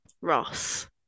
Ross